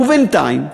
ובינתיים,